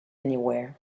anywhere